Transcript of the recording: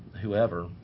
whoever